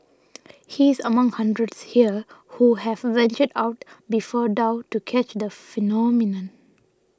he is among hundreds here who have ventured out before dawn to catch the phenomenon